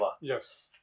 Yes